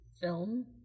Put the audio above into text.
film